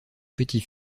petits